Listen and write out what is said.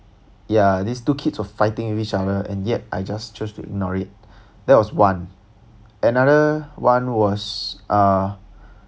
ya these two kids were fighting with each other and yet I just chose to ignore it that was one another one was uh